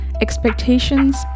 Expectations